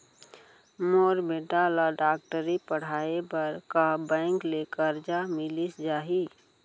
मोर बेटा ल डॉक्टरी पढ़ाये बर का बैंक ले करजा मिलिस जाही?